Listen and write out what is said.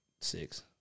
six